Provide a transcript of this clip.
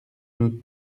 nous